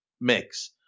mix